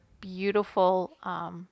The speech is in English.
beautiful